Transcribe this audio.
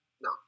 No